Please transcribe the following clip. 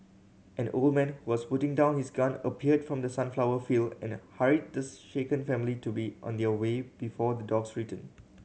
an old man who was putting down his gun appeared from the sunflower field and hurried the shaken family to be on their way before the dogs return